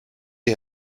die